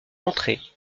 entrées